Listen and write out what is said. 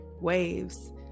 waves